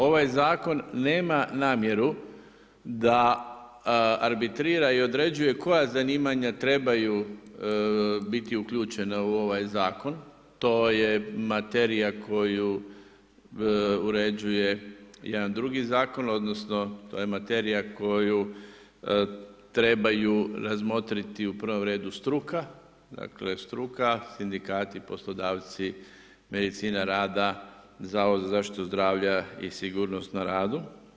Ovaj zakon nema namjeru da arbitrira i određuje koja zanimanja trebaju biti uključena u ovaj zakon, to je materija koju uređuje jedan drugi zakon, odnosno to je materija koju trebaju razmotriti u prvom redu struka, dakle struka, sindikati, poslodavci, medicina rada, Zavod za zaštitu zdravlja i sigurnost na radu.